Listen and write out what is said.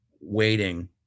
waiting